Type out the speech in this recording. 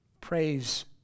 Praise